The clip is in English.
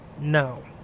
No